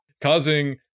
Causing